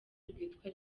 rwitwa